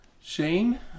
Shane